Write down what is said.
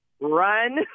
Run